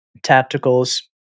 Tacticals